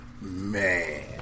man